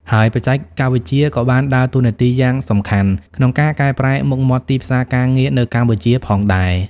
ហើយបច្ចេកវិទ្យាក៏បានដើរតួនាទីយ៉ាងសំខាន់ក្នុងការកែប្រែមុខមាត់ទីផ្សារការងារនៅកម្ពុជាផងដែរ។